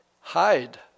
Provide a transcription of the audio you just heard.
hide